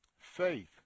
Faith